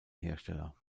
hersteller